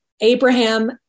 Abraham